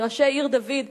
מראשי עיר-דוד,